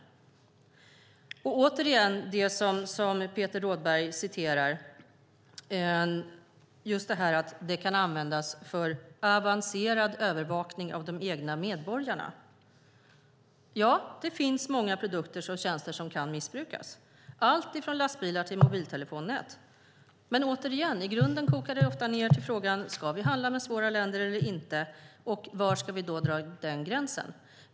Jag kommer återigen till det som Peter Rådberg citerar om att det kan användas för avancerad övervakning av de egna medborgarna. Ja, det finns många produkter och tjänster som kan missbrukas. Det gäller alltifrån lastbilar till mobiltelefonnät. I grunden kokar det ofta ned till frågan: Ska vi handla med svåra länder eller inte, och var ska vi dra den gränsen?